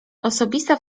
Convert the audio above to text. osobista